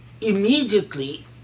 immediately